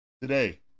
today